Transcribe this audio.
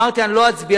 אמרתי: אני לא אצביע,